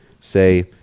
say